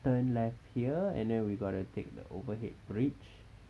turn left here and then we got to take the overhead bridge